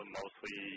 mostly